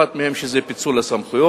אחת מהן זה פיצול הסמכויות,